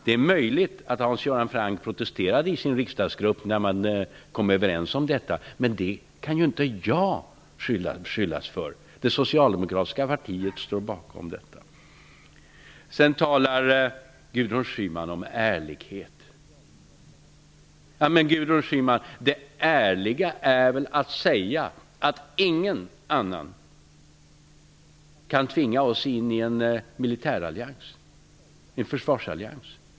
Det är möjligt att Hans Göran Franck protesterade i sin riksdagsgrupp när man kom överens om detta, men det kan ju inte jag beskyllas för. Det socialdemokratiska partiet står bakom detta. Gudrun Schyman talade om ärlighet. Det ärliga, Gudrun Schyman, är väl att säga att ingen annan kan tvinga oss in i en militär eller försvarsallians.